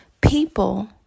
people